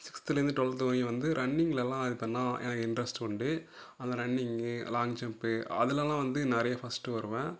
சிக்ஸ்த்துலேருந்து டுவெல்த்து வரையும் வந்து ரன்னிங்குலலாம் இது பண்ணால் எனக்கு இன்ட்ரெஸ்ட் உண்டு அதான் ரன்னிங்கு லாங் ஜம்பு அதுலலாம் வந்து நிறைய ஃபஸ்ட்டு வருவேன்